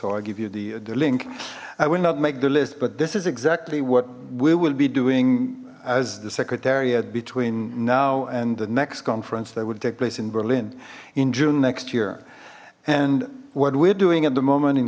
i'll give you the the link i will not make the list but this is exactly what we will be doing as the secretariat between now and the next conference that will take place in berlin in june next year and what we're doing at the moment in